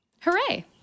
Hooray